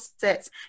sets